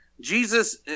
Jesus